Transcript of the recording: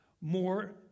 more